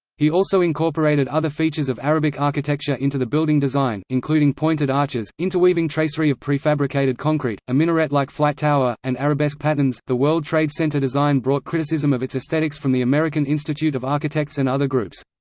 he also incorporated other features of arabic architecture into the building design, including pointed arches, interweaving tracery of prefabricated concrete, a minaret like flight tower, and arabesque patterns the world trade center design brought criticism of its aesthetics from the american institute of architects and other groups.